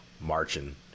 marching